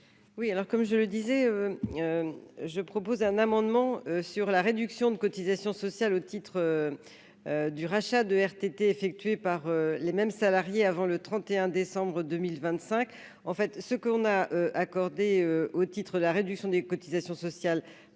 Oui, alors, comme je le disais, je propose un amendement sur la réduction de cotisations sociales au titre du rachat de RTT effectués par les mêmes salariés avant le 31 décembre 2025, en fait, ce qu'on a accordé au titre de la réduction des cotisations sociales.